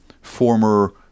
former